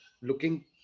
looking